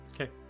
Okay